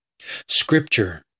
Scripture